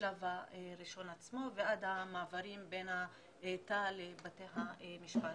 מהשלב הראשון עצמו ועד המעברים בין התא לבתי המשפט.